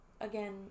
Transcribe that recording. Again